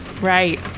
Right